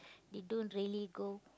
they don't really go